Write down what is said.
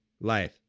life